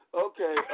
Okay